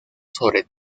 sobre